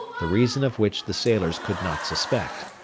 the reason of which the sailors could not suspect.